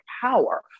power